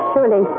Surely